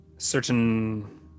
Certain